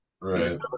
Right